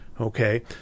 okay